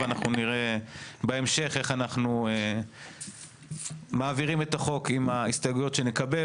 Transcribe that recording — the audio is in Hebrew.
ואנחנו נראה בהמשך איך אנחנו מעבירים את החוק עם ההסתייגויות שנקבל,